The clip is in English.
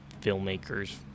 filmmakers